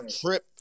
trip